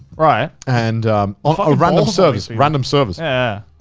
right. and on ah random servers, random servers. yeah,